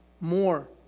more